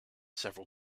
several